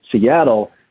Seattle